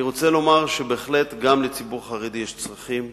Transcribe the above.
אני רוצה לומר שבהחלט, גם לציבור חרדי יש צרכים,